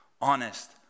honest